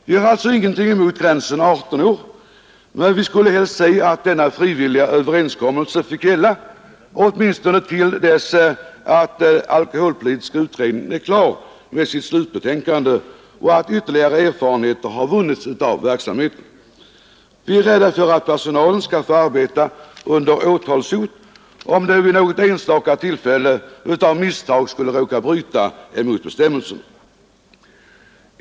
Vi har alltså ingenting emot gränsen 18 år, men vi skulle helst se att denna frivilliga överenskommelse fick gälla åtminstone till dess alkoholpolitiska utredningen är klar med sitt slutbetänkande och då ytterligare erfarenheter har vunnits av verksamheten. Vi är rädda för att de anställda skall få arbeta under åtalshot om de vid något enstaka tillfälle av misstag skulle råka bryta mot bestämmelsen.